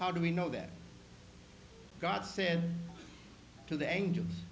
how do we know that god said to the angel